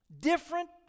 different